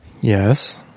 Yes